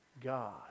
God